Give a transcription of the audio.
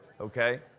Okay